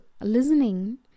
listening